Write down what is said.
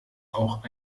auch